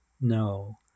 No